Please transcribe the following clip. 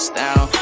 down